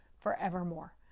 forevermore